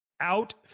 out